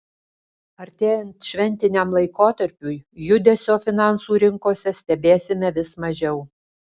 artėjant šventiniam laikotarpiui judesio finansų rinkose stebėsime vis mažiau